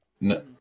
No